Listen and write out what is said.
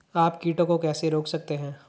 आप कीटों को कैसे रोक सकते हैं?